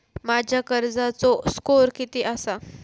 माझ्या कर्जाचो स्कोअर किती आसा?